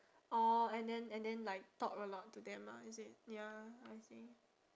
orh and then and then like talk very loud to them ah is it ya I see